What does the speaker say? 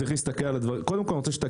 קודם כול,